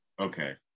Okay